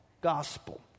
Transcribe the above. gospel